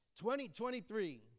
2023